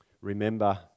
Remember